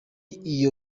iyo